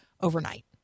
overnight